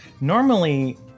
normally